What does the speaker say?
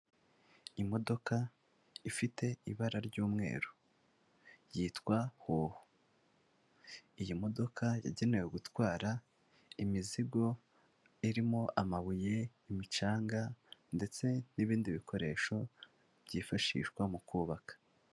Imodoka ifite ibara ry'umweru yitwa hoho. Iyi modoka yagenewe gutwara imizigo irimo amabuye, imicanga, ndetse n'ibindi bikoresho byifashishwa mu kubaka.